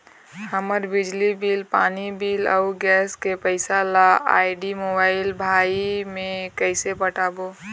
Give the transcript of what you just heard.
हमर बिजली बिल, पानी बिल, अऊ गैस के पैसा ला आईडी, मोबाइल, भाई मे कइसे पटाबो?